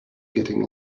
getting